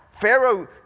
Pharaoh